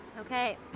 Okay